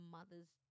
Mother's